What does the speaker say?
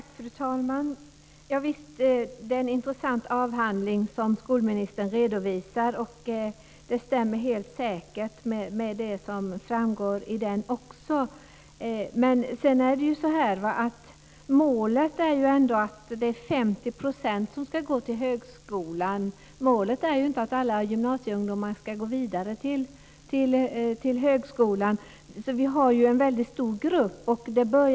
Fru talman! Visst är det en intressant avhandling som skolministern redovisade. Det som framgår av den stämmer helt säkert. Målet är att det är 50 % av gymnasieungdomarna som ska gå vidare till högskolan. Så det är en väldigt stor grupp som inte tar körkort.